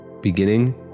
Beginning